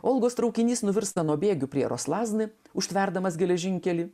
olgos traukinys nuvirsta nuo bėgių prie roslazni užtverdamas geležinkelį